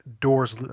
doors